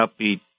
upbeat